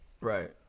Right